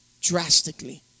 Drastically